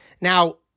Now